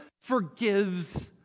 forgives